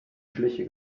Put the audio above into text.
schliche